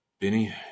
Benny